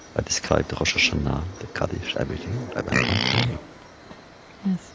ah described rosh hashanah, the kaddish, everything. i went on praying yes